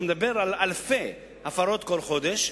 ואתה מדבר על אלפי הפרות כל חודש.